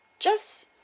just